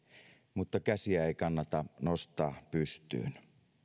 mutta käsiä ei kannata nostaa pystyyn